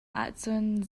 ahcun